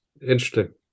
interesting